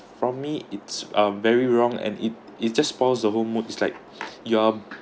from me it's a very wrong and it it just spoils the whole mood it's like your